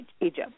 Egypt